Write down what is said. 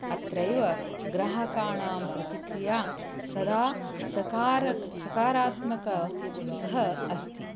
अत्रैव ग्राहकाणां प्रतिक्रिया सदा सकारः सकारात्मकम् ह अस्ति